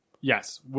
Yes